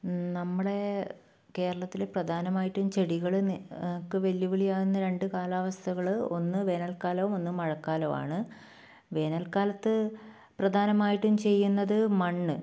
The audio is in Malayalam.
നമ്മൾ കേരളത്തിൽ പ്രധാനമായിട്ടും ചെടികൾ ക്ക് വെല്ലുവിളിയാകുന്ന രണ്ട് കാലാവസ്ഥകൾ ഒന്ന് വേനൽക്കാലവും ഒന്ന് മഴക്കാലവുമാണ് വേനൽക്കാലത്ത് പ്രധാനമായിട്ടും ചെയ്യുന്നത് മണ്ണ്